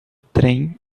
trem